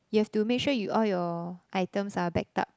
you have to make sure you all your items are backed up